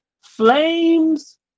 flames